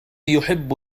يحب